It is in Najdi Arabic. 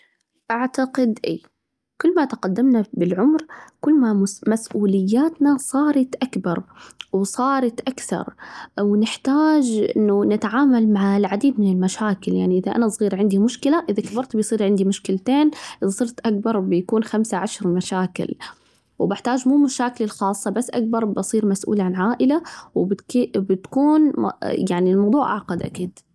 أعتقد إيه، كل ما تقدمنا بالعمر، كل ما مس مسؤولياتنا صارت أكبر وصارت أكثر، ونحتاج إنه نتعامل مع العديد من المشاكل، يعني إذا أنا صغير عندي مشكلة، إذا كبرت بيصير عندي مشكلتين، إذا صرت أكبر وبيكون خمسة عشر مشاكل، وبحتاج مو مشاكلي الخاصة بس أكبر وبصير مسؤولة عن عائلة، بيكون بتكون يعني الموضوع أعقد أكيد.